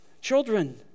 Children